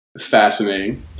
fascinating